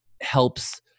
helps